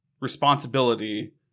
responsibility